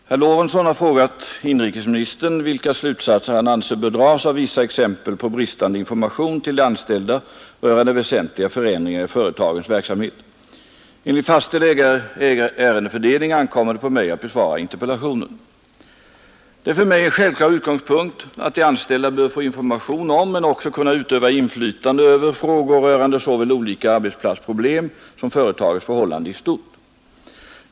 Herr talman! Herr Lorentzon har frågat inrikesministern vilka slutsatser han anser bör dras av vissa exempel på bristande information till de anställda rörande väsentliga förändringar i företagens verksamhet. Enligt fastställd ärendefördelning ankommer det på mig att besvara interpellationen. Det är för mig en självklar utgångspunkt att de anställda bör få information om, men också kunna utöva inflytande över, frågor rörande såväl olika arbetsplatsproblem som företagets förhållande i stort.